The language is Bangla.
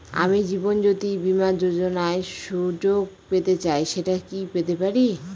আমি জীবনয্যোতি বীমা যোযোনার সুযোগ পেতে চাই সেটা কি পেতে পারি?